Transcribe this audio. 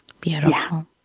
Beautiful